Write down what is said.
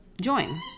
join